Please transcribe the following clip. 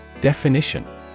Definition